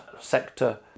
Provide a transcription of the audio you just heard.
sector